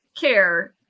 care